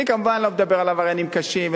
אני, כמובן, לא מדבר על עבריינים קשים.